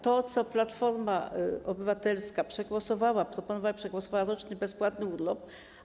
To, co Platforma Obywatelska przegłosowała, proponowała i przegłosowała, to roczny bezpłatny urlop.